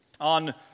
On